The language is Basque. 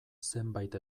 zenbait